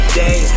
day